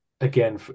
again